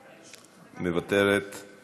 סליחה, אל תפריע.